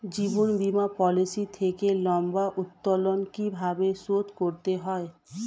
জীবন বীমা পলিসি থেকে লম্বা উত্তোলন কিভাবে শোধ করতে হয়?